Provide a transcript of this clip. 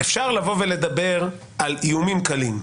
אפשר לבוא ולדבר על איומים קלים.